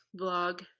vlog